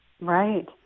Right